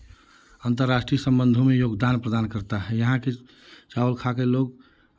अंतर्राष्ट्रीय संबंधों में योगदान प्रदान करता है यहाँ के चावल खाके लोग